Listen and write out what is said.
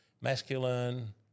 masculine